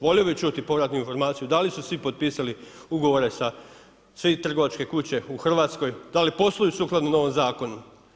Volio bih čuti povratnu informaciju da li su svi potpisali ugovore sa svi trgovačke kuće u Hrvatskoj, da li posluju sukladno novom zakonu.